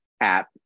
app